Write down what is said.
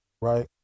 right